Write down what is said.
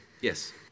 yes